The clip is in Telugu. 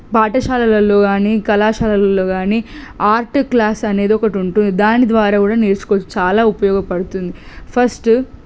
పాఠశాలలల్లో కానీ కళాశాలలల్లో గానీ ఆర్ట్ క్లాస్ అనేది ఒకటి ఉంటుంది దాని ద్వారా కూడా నేర్చుకోవచ్చు చాలా ఉపయోగపడుతుంది ఫస్టు